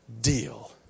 deal